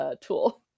tool